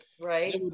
Right